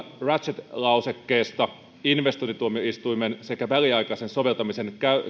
ratchet lausekkeesta investointituomioistuimen sekä väliaikaisen soveltamisen